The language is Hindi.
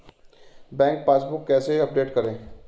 बैंक पासबुक कैसे अपडेट करें?